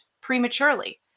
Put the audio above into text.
prematurely